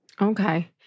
Okay